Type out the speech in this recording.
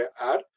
add